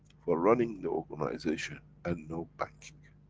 for running the organization, and no banking.